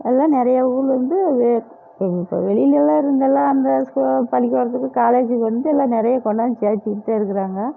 எல்லாம் நிறைய ஊரிலேந்து இப்போ வெளிலலாம் இருந்தெல்லாம் அந்த ஸ்கூ பள்ளிக்கூடத்துக்கு காலேஜுக்கி வந்து எல்லாம் நிறைய கொண்டாந்து சேர்த்திக்கிட்தான் இருக்கிறாங்க